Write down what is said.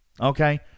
Okay